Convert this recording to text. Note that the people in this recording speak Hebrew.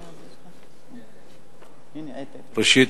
ראשית,